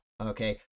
okay